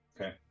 Okay